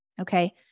Okay